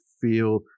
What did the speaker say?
feel